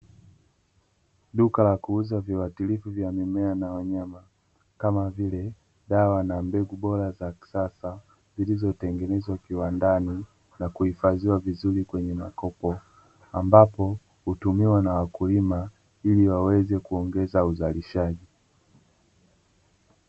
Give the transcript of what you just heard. Duka la kuuza viwatilifu vya mimea na wanyama kama vile dawa na mbegu bora za kisasa zilizotengenezwa kiwandani na kuhifadhiwa vizuri kwenye makopo, ambapo hutumiwa na wakulima ili waweze kuongeza uzalishaji.